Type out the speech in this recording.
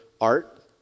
art